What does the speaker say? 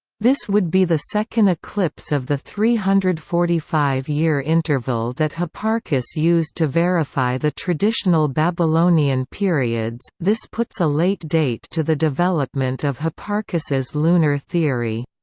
this would be the second eclipse of the three hundred and forty five year interval that hipparchus used to verify the traditional babylonian periods this puts a late date to the development of hipparchus's lunar theory.